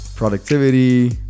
Productivity